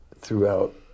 throughout